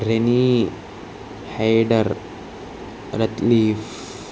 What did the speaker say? రెణీ హైడర్ రత్లీఫ్